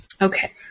okay